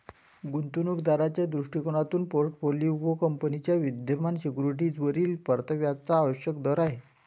गुंतवणूक दाराच्या दृष्टिकोनातून पोर्टफोलिओ कंपनीच्या विद्यमान सिक्युरिटीजवरील परताव्याचा आवश्यक दर आहे